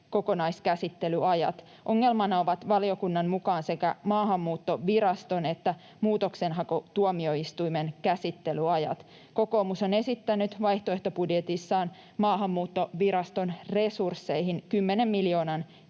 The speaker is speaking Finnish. kokonaiskäsittelyajat. Ongelmana ovat valiokunnan mukaan sekä Maahanmuuttoviraston että muutoksenhakutuomioistuimen käsittelyajat. Kokoomus on esittänyt vaihtoehtobudjetissaan Maahanmuuttoviraston resursseihin 10 miljoonan